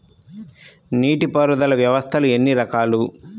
నీటిపారుదల వ్యవస్థలు ఎన్ని రకాలు?